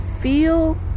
feel